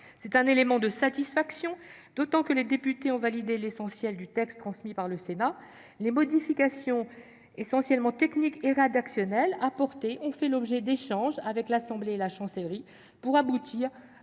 C'est un élément de satisfaction, d'autant que les députés ont validé l'essentiel du texte transmis par le Sénat. Les modifications essentiellement techniques et rédactionnelles apportées ont fait l'objet d'échanges avec l'Assemblée nationale et la Chancellerie pour aboutir